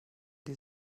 die